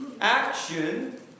action